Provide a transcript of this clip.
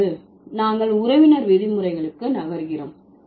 இப்போது நாங்கள் உறவினர் விதிமுறைகளுக்கு நகர்கிறோம்